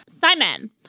Simon